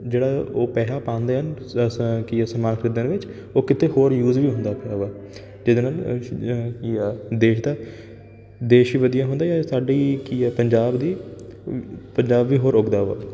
ਜਿਹੜਾ ਉਹ ਪੈਸਾ ਪਾਉਂਦੇ ਹਨ ਕਿ ਇਹ ਸਮਾਨ ਖਰੀਦਣ ਵਿੱਚ ਉਹ ਕਿਤੇ ਹੋਰ ਯੂਸ ਵੀ ਹੁੰਦਾ ਪਿਆ ਵਾ ਅਤੇ ਇਹਦੇ ਨਾਲ ਕੀ ਆ ਦੇਸ਼ ਦਾ ਦੇਸ਼ ਵੀ ਵਧੀਆ ਹੁੰਦਾ ਜਾ ਇਹ ਸਾਡੀ ਕੀ ਹੈ ਪੰਜਾਬ ਦੀ ਪੰਜਾਬ ਵੀ ਹੋਰ ਉੱਗਦਾ ਵਾ